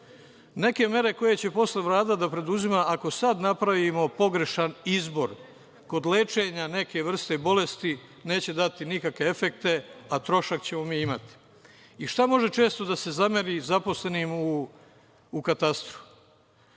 jesu. Neke mere koje će posle Vlada da preduzima, ako sad napravimo pogrešan izbor, kod lečenja neke vrste bolesti, neće dati nikakve efekte, a trošak ćemo mi imati. I šta može često da se zameri zaposlenim u katastru?